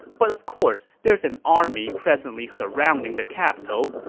but of course there's an army presently surrounding the capital,